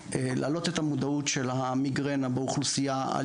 להעלות את המודעות של המיגרנה באוכלוסייה על